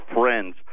friends